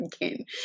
again